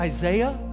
Isaiah